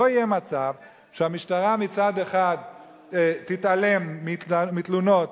לא יהיה מצב שמצד אחד המשטרה תתעלם מתלונות